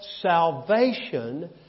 salvation